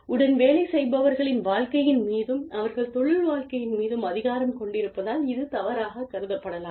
உடன் வேலை செய்பவர்களின் வாழ்க்கையின் மீதும் அவர்கள் தொழில் வாழ்க்கையின் மீதும் அதிகாரம் கொண்டிருப்பதால் இது தவறாகக் கருதப்படலாம்